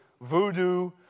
voodoo